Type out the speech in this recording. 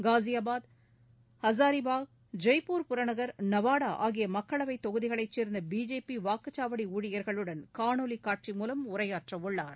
காஜியாபாத் அசாரிபாக் ஜெய்ப்பூர் புறநகர் நவாடா ஆகிய மக்களவை தொகுதிகளைச் சேர்ந்த பிஜேபி வாக்குச்சாவடி ஊழியர்களுடன் காணொலி காட்சி மூலம் உரையாற்ற உள்ளார்